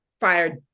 fired